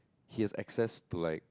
he has access to like